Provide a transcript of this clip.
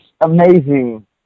amazing